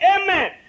Amen